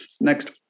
next